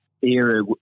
era